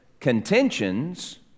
Contentions